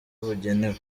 bugenewe